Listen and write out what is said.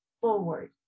forward